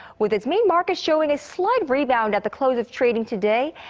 with its main market showing a slight rebound at the close of trading today.